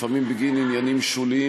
לפעמים בגין עניינים שוליים,